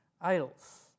idols